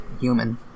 human